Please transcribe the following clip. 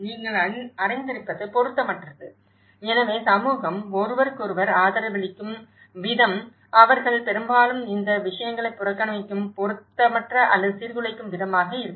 நீங்கள் அறிந்திருப்பது பொருத்தமற்றது எனவே சமூகம் ஒருவருக்கொருவர் ஆதரவளிக்கும் விதம் அவர்கள் பெரும்பாலும் இந்த விஷயங்களை புறக்கணிக்கும் பொருத்தமற்ற அல்லது சீர்குலைக்கும் விதமாக இருக்கும்